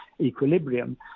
equilibrium